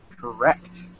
Correct